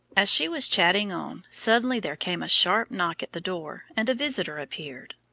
as she was chatting on, suddenly there came a sharp knock at the door, and a visitor appeared.